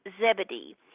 zebedee